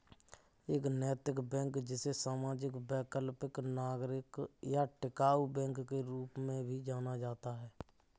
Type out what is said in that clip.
एक नैतिक बैंक जिसे सामाजिक वैकल्पिक नागरिक या टिकाऊ बैंक के रूप में भी जाना जाता है